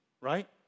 right